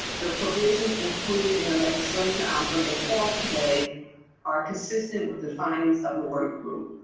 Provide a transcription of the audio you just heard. the provisions included in the legislation out bringing forth today are consistent with the findings of the work group.